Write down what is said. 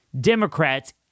Democrats